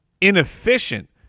inefficient